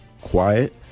quiet